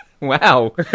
Wow